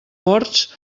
ports